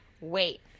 wait